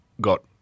got